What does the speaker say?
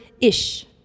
ish